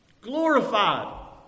Glorified